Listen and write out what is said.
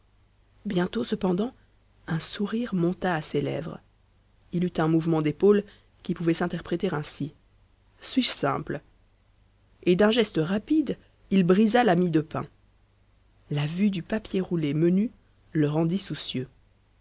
bientôt cependant un sourire monta à ses lèvres il eut un mouvement d'épaules qui pouvait s'interpréter ainsi suis-je simple et d'un geste rapide il brisa la mie de pain la vue du papier roulé menu le rendit soucieux